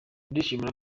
ndishimira